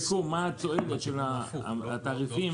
מה התועלת של התעריפים,